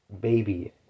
baby